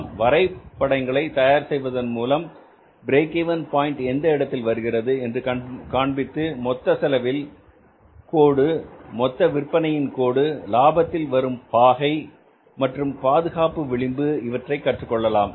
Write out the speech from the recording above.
சில வரைபடங்களை தயார் செய்வதன் மூலம் பிரேக் இவென் பாயின்ட் எந்த இடத்தில் வருகிறது என்று காண்பித்து மொத்த செலவில் கோடு மொத்த விற்பனையின் கோடு லாபத்தில் வரும் பாகை மற்றும் பாதுகாப்பு விளிம்பு இவற்றைக் கற்றுக் கொள்ளலாம்